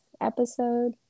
episode